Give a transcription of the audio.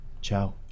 ciao